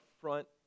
front